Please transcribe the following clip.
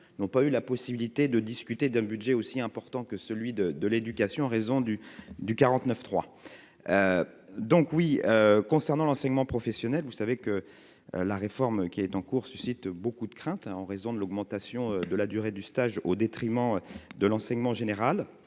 n'ont pas eu la possibilité de discuter d'un budget aussi important que celui de de l'éducation en raison du du 49 3, donc oui concernant l'enseignement professionnel, vous savez que la réforme qui est en cours suscite beaucoup de craintes en raison de l'augmentation de la durée du stage au détriment de l'enseignement général